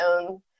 own